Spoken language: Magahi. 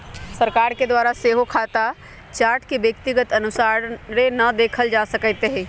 सरकार के द्वारा सेहो खता चार्ट के व्यक्तिगत अनुसारे न देखल जा सकैत हइ